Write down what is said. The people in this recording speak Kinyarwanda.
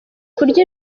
kurya